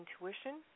intuition